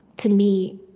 to me,